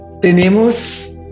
tenemos